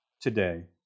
today